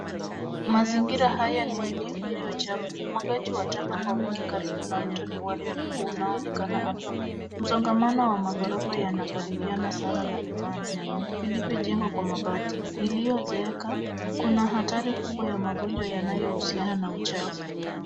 Mazingira haya ni mji ulio chafu. Umwagaji wa taka kwa wingi karibu na mto ni uharibufu unao onekana hapa. Msongamano ya maghorofa yanakaribiana sana na vibanda vilivyojengwa kwa mabati iliyozeeka. Kuna hatari kubwa ya magonjwa yanoyo husiana na uchafu.